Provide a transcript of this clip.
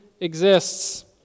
exists